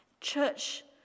Church